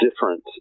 different